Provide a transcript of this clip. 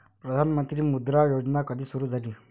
प्रधानमंत्री मुद्रा योजना कधी सुरू झाली?